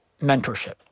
mentorship